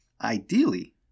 Ideally